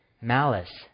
Malice